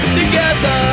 together